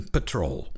Patrol